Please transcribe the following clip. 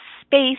space